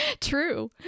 True